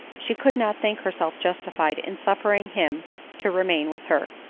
she could not think herself justified in suffering him to remain with her.